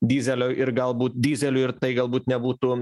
dyzelio ir galbūt dyzelių ir tai galbūt nebūtų